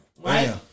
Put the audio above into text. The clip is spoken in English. right